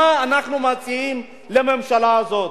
מה אנחנו מציעים לממשלה הזאת,